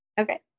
Okay